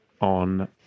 on